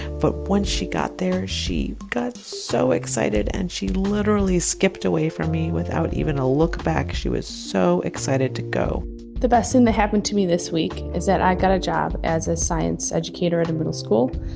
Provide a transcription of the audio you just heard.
but once she got there, she got so excited. and she literally skipped away from me without even a look back. she was so excited to go the best thing that happened to me this week is that i got a job as a science educator at a middle school.